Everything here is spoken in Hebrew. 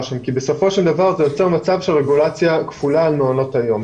כי בסופו של דבר זה יוצר מצב של רגולציה כפולה על מעונות היום.